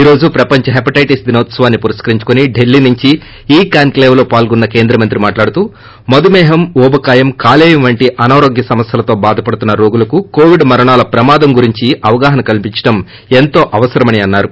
ఈ రోజు ప్రపంచ హెపటైటిస్ దినోత్సవాన్ని పురస్కరించుకొని ఢిల్లీ నుంచి ఈ కాన్ క్షేవ్ లో పాల్గొన్స కేంద్రమంత్రి మాట్లాడుతూ మధుమేహం ఊబకాయం కాలేయం వంటి అనారోగ్య సమస్యలతో బాధపడుతున్న రోగులకు కొవిడ్ మరణాల ప్రమాదం గురించి అవగాహన కల్పించడం ఎంతో అవసరమని అన్నారు